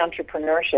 entrepreneurship